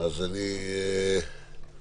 ביום